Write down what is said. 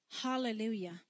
hallelujah